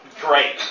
great